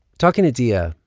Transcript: talking to diaa, ah